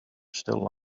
still